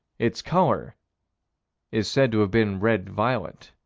its color is said to have been red-violet.